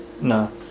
No